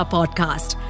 Podcast